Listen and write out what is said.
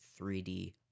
3D